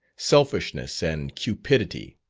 selfishness, and cupidity.